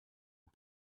and